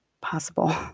possible